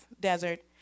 desert